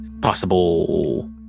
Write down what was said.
possible